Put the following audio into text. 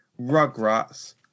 Rugrats